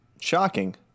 Shocking